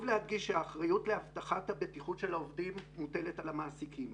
להדגיש שהאחריות להבטחת הבטיחות של העובדים מוטלת על המעסיקים.